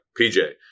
PJ